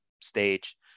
stage